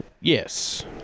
Yes